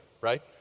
right